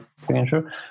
signature